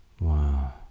Wow